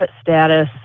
status